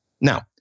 Now